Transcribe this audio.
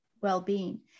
well-being